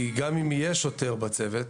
כי גם אם יהיה שוטר בצוות